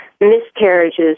miscarriages